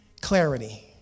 clarity